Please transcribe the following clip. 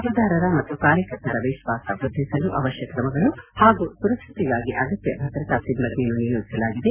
ಮತದಾರರ ಮತ್ತು ಕಾರ್ಯಕರ್ತರ ವಿತ್ವಾಸ ವೃದ್ಧಿಸಲು ಅವಶ್ಯ ಕ್ರಮಗಳು ಹಾಗೂ ಸುರಕ್ಷತೆಗಾಗಿ ಅಗತ್ಯ ಭದ್ರತಾ ಸಿಬ್ಲಂದಿಯನ್ನು ನಿಯೋಜಿಸಲಾಗಿದೆ